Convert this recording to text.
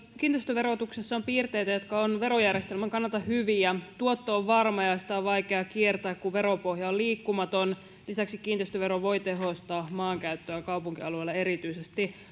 kiinteistöverotuksessa on piirteitä jotka ovat verojärjestelmän kannalta hyviä tuotto on varma ja veroa on vaikea kiertää kun veropohja on liikkumaton lisäksi kiinteistövero voi tehostaa maankäyttöä kaupunkialueilla erityisesti